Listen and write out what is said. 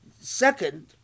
Second